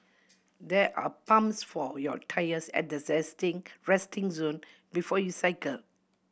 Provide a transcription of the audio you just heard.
there are pumps for your tyres at the resting zone before you cycle